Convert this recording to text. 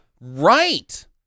Right